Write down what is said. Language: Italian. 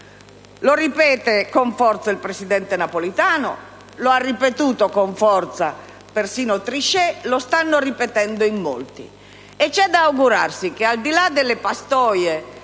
lo ripete con forza il presidente Napolitano, lo ha ripetuto con forza persino Trichet, lo stanno ripetendo in molti e c'è da augurarsi che, al di là delle pastoie